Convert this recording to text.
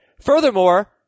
Furthermore